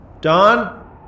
Don